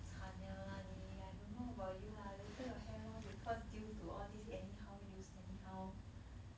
惨 liao lah 你 I don't know about you lah later your hair loss because due to all these anyhow use anyhow